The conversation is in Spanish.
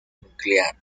nuclear